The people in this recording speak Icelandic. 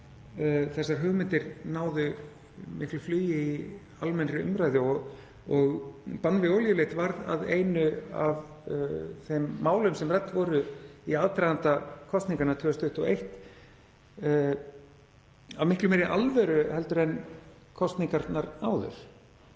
þessar hugmyndir náðu miklu flugi í almennri umræðu og bann við olíuleit varð að einu af þeim málum sem rædd voru í aðdraganda kosninganna 2021 af miklu meiri alvöru en kosningarnar áður.